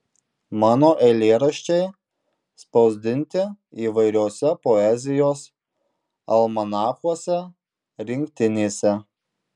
mano eilėraščiai spausdinti įvairiuose poezijos almanachuose rinktinėse